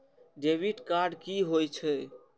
Debit card की होय छे?